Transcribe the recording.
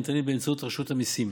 הניתנים באמצעות רשות המיסים,